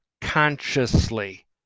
consciously